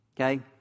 okay